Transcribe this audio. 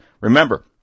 Remember